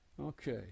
okay